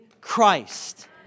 Christ